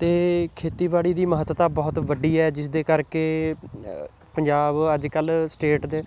ਅਤੇ ਖੇਤੀਬਾੜੀ ਦੀ ਮਹੱਤਤਾ ਬਹੁਤ ਵੱਡੀ ਹੈ ਜਿਸ ਦੇ ਕਰਕੇ ਪੰਜਾਬ ਅੱਜ ਕੱਲ੍ਹ ਸਟੇਟ ਦੇ